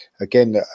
again